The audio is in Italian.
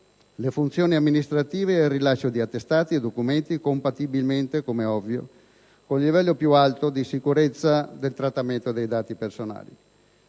le funzioni amministrative ed il rilascio di attestati e documenti, compatibilmente, come è ovvio, con il livello più alto di sicurezza del trattamento dei dati personali.